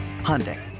Hyundai